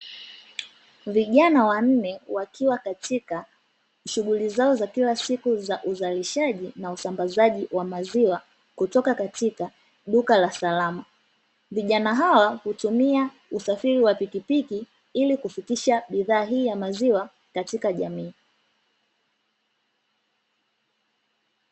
Vijana wanne wakiwa katika shughuli zao za kila siku za uzalishaji na usambazaji wa maziwa kutoka katika duka la salama. Vijana hawa hutumia usafiri wa pikipiki ili kufikisha bidhaa hii ya maziwa katika jamii.